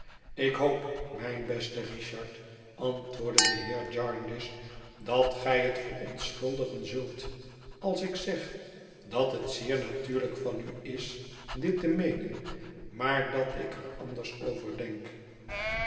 ik hoop mijn beste richard antwoordde de heer jarndyce dat gij het verontschuldigen zult als ik zeg dat het zeer natuurlijk van u is dit te meenen maar dat ik er anders over denk